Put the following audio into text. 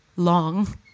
long